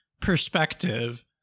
Perspective